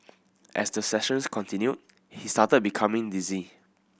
as the sessions continued he started becoming dizzy